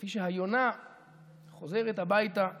כפי שהיונה חוזרת הביתה בגעגוע.